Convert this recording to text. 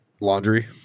Laundry